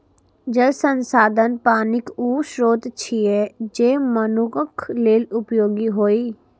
जल संसाधन पानिक ऊ स्रोत छियै, जे मनुक्ख लेल उपयोगी होइ